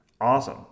awesome